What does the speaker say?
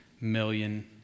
million